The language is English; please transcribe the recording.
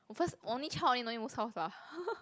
or first only child only no need move house lah